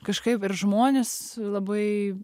kažkaip ir žmonės labai